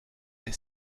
est